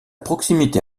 proximité